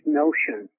notion